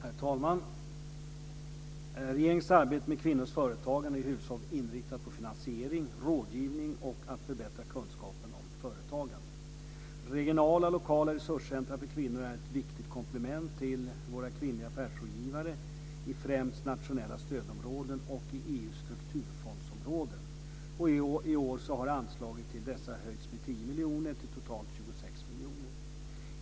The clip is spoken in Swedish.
Herr talman! Regeringens arbete med kvinnors företagande är i huvudsak inriktat på finansiering och rådgivning och på att förbättra kunskapen om företagande. Regionala och lokala resurscentra för kvinnor är ett viktigt komplement till våra kvinnliga affärsrådgivare, främst i nationella stödområden och i EU:s strukturfondsområden. I år har anslaget till dessa höjts med 10 miljoner till totalt 26 miljoner.